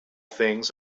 things